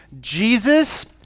Jesus